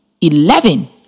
eleven